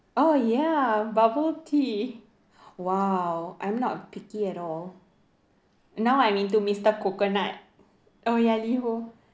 oh ya bubble tea !wow! I'm not picky at all now I'm into Mr Coconut oh ya Liho